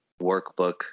workbook